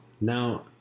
Now